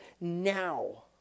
now